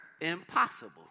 impossible